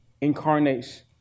incarnates